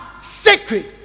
sacred